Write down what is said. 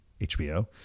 HBO